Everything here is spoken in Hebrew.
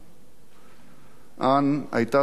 אן היתה צריכה לחלוק